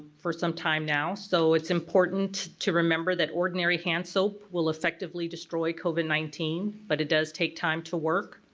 for some time now so it's important to remember that ordinary hand soap will effectively destroy covid nineteen but it does take time to work.